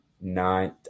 nine